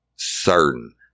certain